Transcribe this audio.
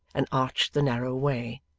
and arched the narrow way.